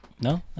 No